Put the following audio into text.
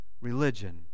religion